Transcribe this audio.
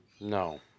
No